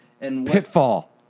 Pitfall